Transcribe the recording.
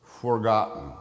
forgotten